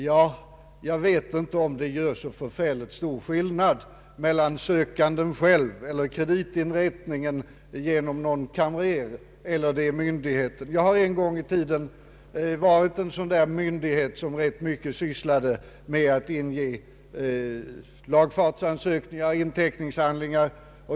Jag vet inte om det görs så förfärligt stor skillnad mellan de fall då sökanden själv kommer dit eller om kreditinrättningen eller myndigheten representeras av exempelvis en kamrer. Jag har en gång arbetat i en myndighet som ofta inger lagfartsansökningar och inteckningshandlingar.